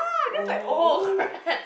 oh no